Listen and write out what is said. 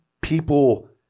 people